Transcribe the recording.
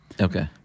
Okay